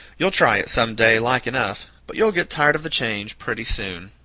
you'll try it, some day, like enough but you'll get tired of the change pretty soon.